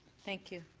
thank you.